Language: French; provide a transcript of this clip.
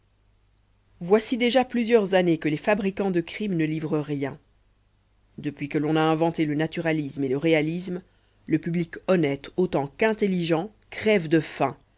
voici déjà plusieurs années que les fabricants de crimes ne livrent rien depuis que l'on a inventé le naturalisme et le réalisme le public honnête autant qu'intelligent crève de faim